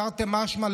תרתי משמע,